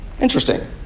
interesting